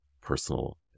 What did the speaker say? personal